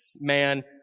man